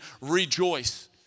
rejoice